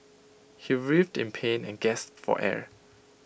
he writhed in pain and gasped for air